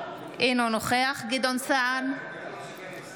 אינו נוכח גדעון סער,